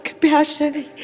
compassion